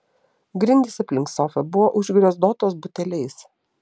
grindys aplink sofą buvo užgriozdotos buteliais